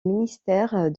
ministère